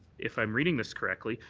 if i'm reading this correctly,